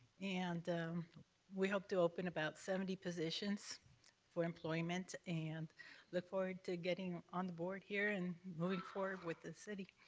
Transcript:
and we hope to open about seventy positions for employment, and look forward to getting on the board here and moving forward with the city.